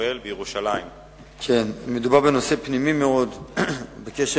רוב אין